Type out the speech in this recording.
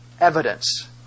evidence